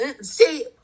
see